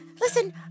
Listen